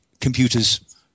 computers